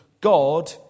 God